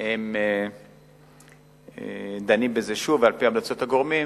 הם דנים בזה שוב, ועל-פי המלצות הגורמים